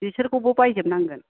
बिसोरखौबो बायजोबनांगोन